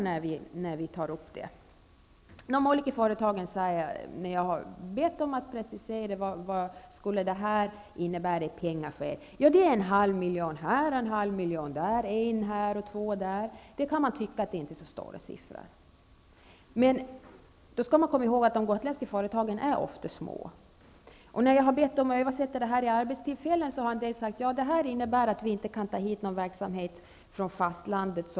Jag har bett de olika företagen att precisera vad det här skulle innebära i pengar för dem. Det gäller en halv miljon här, en miljon eller två miljoner där osv. Man kan tycka att det inte är så stora siffror. Man skall emellertid komma i håg att de gotländska företagen ofta är små. När jag har bett dem att översätta det här i arbetstillfällen har en del sagt att det innebär att de i fortsättningen inte kan ta någon verksamhet från fastlandet.